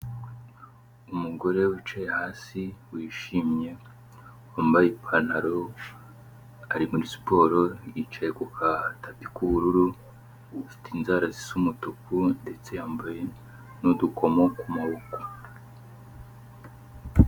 Umugore wicaye hasi wishimye wambaye ipantaro ari muri siporo, yicaye ku gatapi k'ubururu, afite inzara zisa umutuku ndetse yambaye n'udukomo ku maboko.